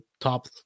top